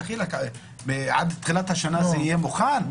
דחילק, עד תחילת השנה זה יהיה מוכן?